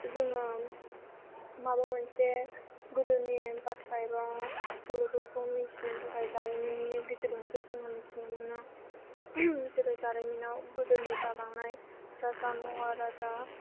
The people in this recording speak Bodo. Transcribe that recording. जोङो माबा मोनसे गोदोनि बाथ्रा एबा सल'फोरखौ मिनथिनो थाखाय जारिमिननि गेजेरजोंसो जों मिनथिनो मोनो जेरै जारिमिनाव गोदोनि जालांनाय राजा महाराजा